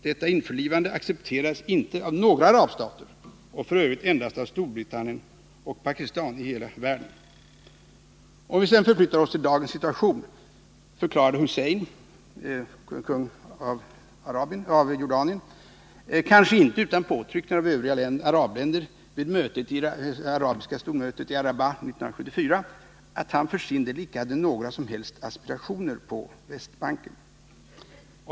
Detta införlivande accepterades inte av några arabstater och f. ö. endast av Storbritannien och Pakistan i hela världen. Om vi sedan förflyttar oss till dagens situation förklarade kung Hussein av Jordanien, kanske icke utan påtryckningar av övriga arabländer, vid det arabiska stormötet i Rabat 1974 att han för sin del icke hade några som helst aspirationer på Västbanken.